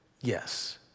yes